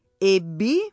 Ebbi